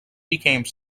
became